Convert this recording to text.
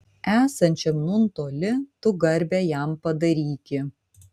esančiam nūn toli tu garbę jam padaryki